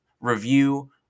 review